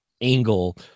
angle